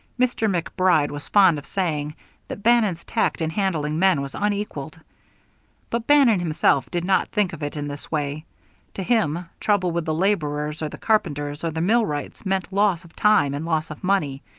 mr. macbride was fond of saying that bannon's tact in handling men was unequalled but bannon himself did not think of it in this way to him, trouble with the laborers or the carpenters or the millwrights meant loss of time and loss of money,